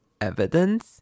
evidence